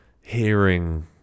hearing